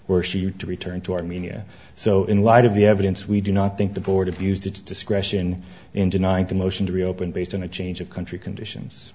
were she you to return to armenia so in light of the evidence we do not think the board abused its discretion in denying the motion to reopen based on a change of country conditions